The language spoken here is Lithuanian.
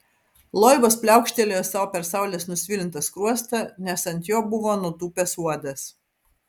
loibas pliaukštelėjo sau per saulės nusvilintą skruostą nes ant jo buvo nutūpęs uodas